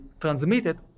transmitted